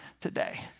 today